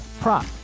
prop